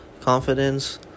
confidence